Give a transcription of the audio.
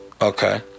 okay